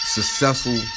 successful